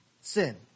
sin